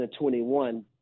2021